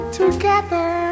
together